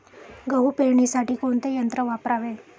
गहू पेरणीसाठी कोणते यंत्र वापरावे?